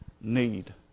Need